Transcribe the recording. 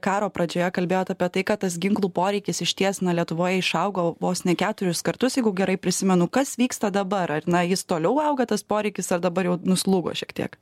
karo pradžioje kalbėjot apie tai kad tas ginklų poreikis išties na lietuvoj išaugo vos ne keturis kartus jeigu gerai prisimenu kas vyksta dabar ar na jis toliau auga tas poreikis ar dabar jau nuslūgo šiek tiek